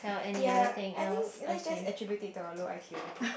ya I think let's just attribute it to our low i_q